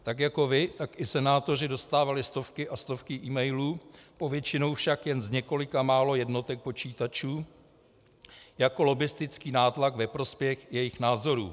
Tak jako vy, tak i senátoři dostávali stovky a stovky emailů, povětšinou však jen z několika málo jednotek počítačů, jako lobbistický nátlak ve prospěch jejich názorů.